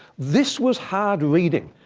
this was hard reading.